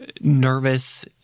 nervous